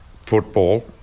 football